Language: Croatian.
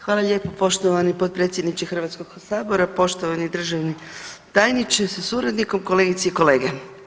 Hvala lijepo poštovani potpredsjedniče Hrvatskog sabora, poštovani državni tajniče sa suradnikom, kolegice i kolege.